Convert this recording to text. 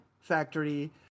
factory